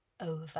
over